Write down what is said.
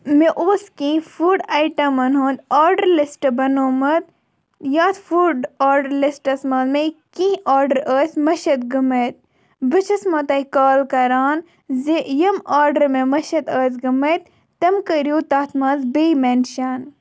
مےٚ اوس کینٛہہ فُڈ آیٹَمَن ہُنٛد آرڈَر لِسٹہٕ بنوومُت یَتھ فُڈ آرڈَر لِسٹَس منٛز مےٚ کینٛہہ آرڈَر ٲسۍ مٔشیٖد گٔمٕتۍ بہٕ چھَسمو تۄہہِ کال کَران زِ یِم آرڈَر مےٚ مٔشیٖد ٲسۍ گٔمٕتۍ تِم کٔرِو تَتھ منٛز بیٚیہِ مٮ۪نشَن